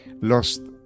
lost